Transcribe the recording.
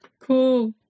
Cool